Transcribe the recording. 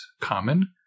common